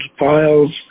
files